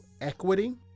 equity